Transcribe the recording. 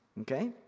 okay